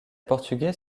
portugais